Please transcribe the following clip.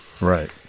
Right